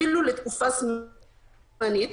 אפילו לתקופה זמנית,